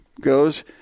goes